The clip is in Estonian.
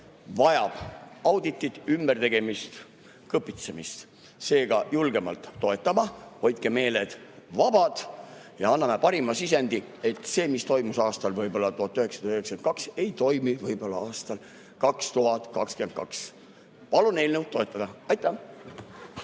vajab auditit, ümbertegemist, kõpitsemist. Seega, julgemalt toetama! Hoidke meeled vabad ja anname parima sisendi, et see, mis toimis aastal 1992, ei toimi võib-olla aastal 2022. Palun eelnõu toetada! Aitäh!